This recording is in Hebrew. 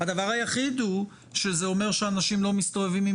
הדבר היחיד הוא שזה אומר שאנשים לא מסתובבים עם